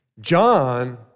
John